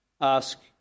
ask